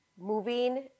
moving